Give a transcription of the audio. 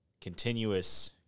continuous